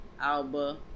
Alba